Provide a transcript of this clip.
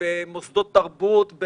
במוסדות תרבות,